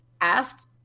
asked